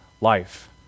life